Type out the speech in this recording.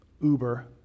Uber